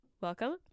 welcome